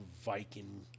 Viking